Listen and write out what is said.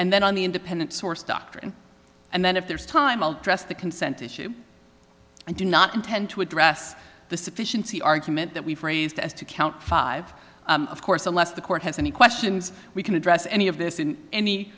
and then on the independent source doctrine and then if there's time i'll dress the consent issue i do not intend to address the sufficiency argument that we've raised as to count five of course unless the court has any questions we can address any of this